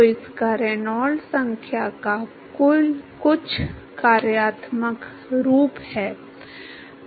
तो इसका रेनॉल्ड्स संख्या का कुछ कार्यात्मक रूप है